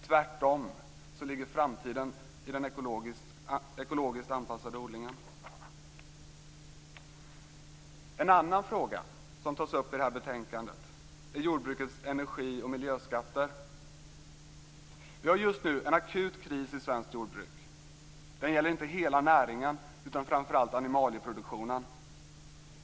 Tvärtom ligger framtiden i den ekologiskt anpassade odlingen. En annan fråga som tas upp i detta betänkande är jordbrukets energi och miljöskatter. Vi har just nu en akut kris i svenskt jordbruk. Den gäller inte hela näringen utan framför allt animalieproduktionen.